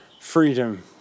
freedom